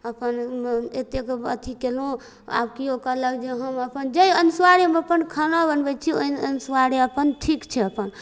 अपन एतेक अथी कएलहुँ आओर केओ कहलक जे हम अपन जाहि अनुसारे हम अपन खाना बनबै छी ओहि अनुसारे अपन ठीक छै अपन